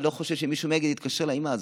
אני לא חושב שמישהו מאגד התקשר לאימא הזאת,